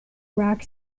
rack